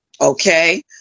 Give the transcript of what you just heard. Okay